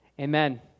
Amen